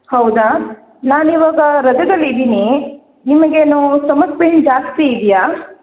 ಹೌದಾ ನಾನಿವಾಗ ರಜದಲ್ಲಿ ಇದ್ದೀನಿ ನಿಮಗೇನು ಸ್ಟಮಕ್ ಪೇಯ್ನ್ ಜಾಸ್ತಿ ಇದೆಯಾ